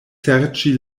serĉi